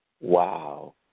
Wow